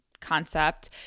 concept